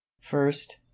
first